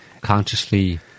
consciously